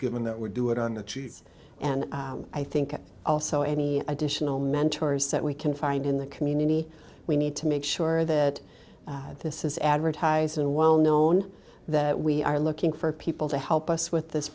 given that we do it on the cheese and i think also any additional mentors that we can find in the community we need to make sure that this is advertised and well known that we are looking for people to help us with this